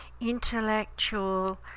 intellectual